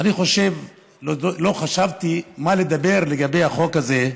לא חשבתי מה לדבר לגבי החוק הזה,